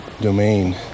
domain